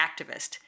activist